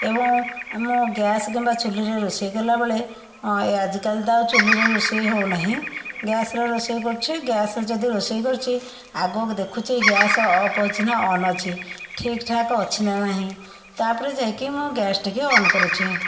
ଏବଂ ଆମ ଗ୍ୟାସ୍ କିମ୍ବା ଚୁଲିରେ ରୋଷେଇ କଲାବେଳେ ଏ ଆଜିକାଲି ତ ଆଉ ଚୁଲିରେ ରୋଷେଇ ହେଉନାହିଁ ଗ୍ୟାସ୍ରେ ରୋଷେଇ କରୁଛି ଗ୍ୟାସ୍ରେ ଯଦି ରୋଷେଇ କରୁଛି ଆଗ ଦେଖୁଛି ଗ୍ୟାସ୍ ଅଫ୍ ଅଛି ନା ଅନ୍ ଅଛି ଠିକ୍ଠାକ୍ ଅଛି ନା ନାହିଁ ତା'ପରେ ଯାଇକି ମୁଁ ଗ୍ୟାସ୍ଟ୍ରିକ୍ ଅନ୍ କରୁଛି